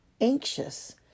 anxious